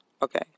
Okay